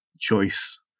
choice